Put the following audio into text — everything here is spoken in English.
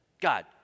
God